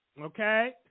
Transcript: Okay